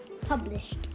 published